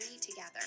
together